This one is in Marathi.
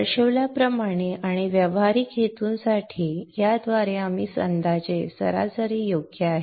दर्शविल्याप्रमाणे आणि व्यावहारिक हेतूंसाठी याद्वारे आम्ही अंदाजे सरासरी योग्य आहे